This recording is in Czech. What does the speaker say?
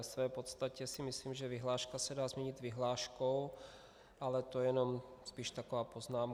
V podstatě si myslím, že vyhláška se dá změnit vyhláškou, ale to jenom spíš taková poznámka.